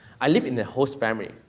i live in the host family.